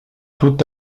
tout